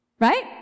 right